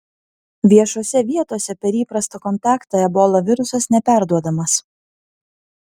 viešose vietose per įprastą kontaktą ebola virusas neperduodamas